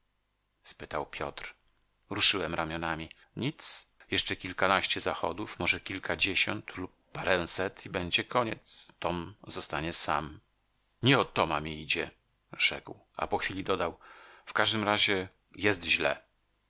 spytał piotr ruszyłem ramionami nic jeszcze kilkanaście zachodów może kilkadziesiąt lub paręset i będzie koniec tom zostanie sam nie o toma mi idzie rzekł a po chwili dodał w każdym razie jest źle